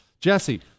Jesse